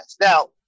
Now